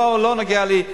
זה לא נוגע לי,